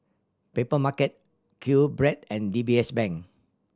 Papermarket QBread and D B S Bank